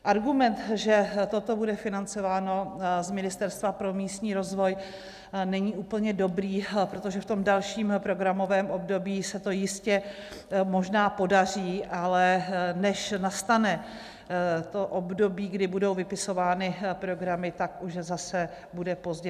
Argument, že toto bude financováno z Ministerstva pro místní rozvoj, není úplně dobrý, protože v dalším programovém období se to jistě možná podaří, ale než nastane období, kdy budou vypisovány programy, tak už zase bude pozdě.